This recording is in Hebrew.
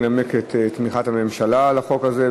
ינמק את תמיכת הממשלה בחוק הזה,